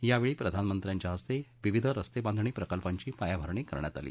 यावेळी प्रधानमंत्र्यांच्या हस्ते विविध रस्ते बांधणी प्रकल्पांची पायाभरणी करण्यात आली